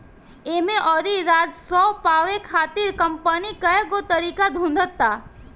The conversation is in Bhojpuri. एमे अउरी राजस्व पावे खातिर कंपनी कईगो तरीका ढूंढ़ता